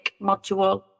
module